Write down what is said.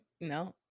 no